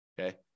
Okay